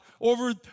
over